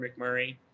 McMurray